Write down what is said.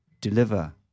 deliver